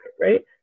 right